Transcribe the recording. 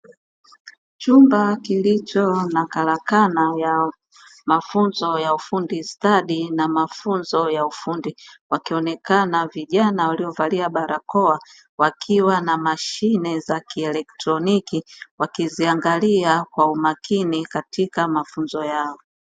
Chumba kilicho na karakana na mafunzo ya ufundi stadi na mafunzo ya ufundi, wakionekana na vijana waliovalia barakoa wakiwa na mashine za kieletroniki wakiziangalia kwa umakini katika mafunzo yao.